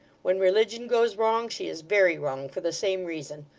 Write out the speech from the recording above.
when religion goes wrong, she is very wrong, for the same reason.